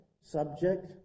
subject